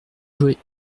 jouer